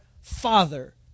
father